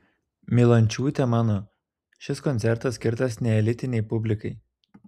milončiūtė mano šis koncertas skirtas neelitinei publikai